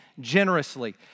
generously